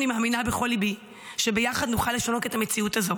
אני מאמינה בכל ליבי שביחד נוכל לשנות את המציאות הזאת.